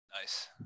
Nice